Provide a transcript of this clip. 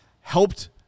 helped